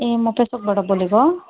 ए म पेसोकबाट बोलेको